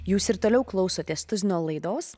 jūs ir toliau klausotės tuzino laidos